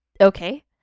okay